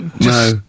No